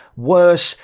worse,